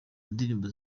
ndirimbo